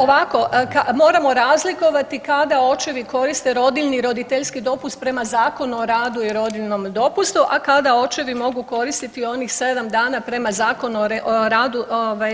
Ovako moramo razlikovati kada očevi koriste rodiljni i roditeljski dopust prema Zakonu o radu i rodiljnom dopustu, a kada očevi mogu koristiti onih 7 dana prema Zakonu o radu